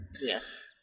Yes